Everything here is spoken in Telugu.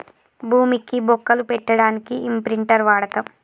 భూమికి బొక్కలు పెట్టడానికి ఇంప్రింటర్ వాడతం